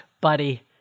buddy